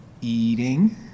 eating